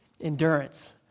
endurance